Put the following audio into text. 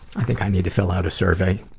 i think i need to fill out a survey.